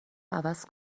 عوض